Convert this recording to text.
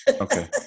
okay